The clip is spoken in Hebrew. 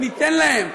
ניתן להם.